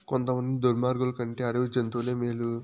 కొంతమంది దుర్మార్గులు కంటే అడవి జంతువులే మేలు